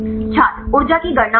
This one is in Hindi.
छात्र ऊर्जा की गणना करें